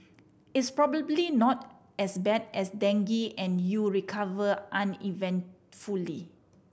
it's probably not as bad as dengue and you recover uneventfully